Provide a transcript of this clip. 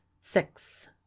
six